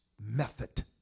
method